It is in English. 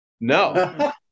No